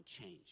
change